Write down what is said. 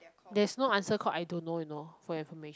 there is no answer called I don't know you know for your information